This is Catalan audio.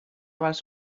les